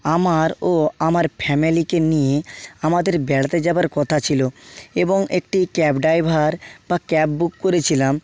আমার ও আমার ফ্যামেলিকে নিয়ে আমাদের বেড়াতে যাবার কথা ছিলো এবং একটি ক্যাব ড্রাইভার বা ক্যাব বুক করেছিলাম